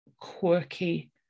quirky